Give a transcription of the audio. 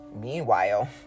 Meanwhile